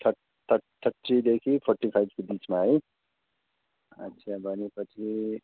thought थट थर्टीदेखि फोर्टीफाइभको बिचमा है अच्छा भनेपछि